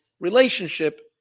relationship